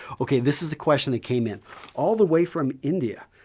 okay, this is the question that came in all the way from india.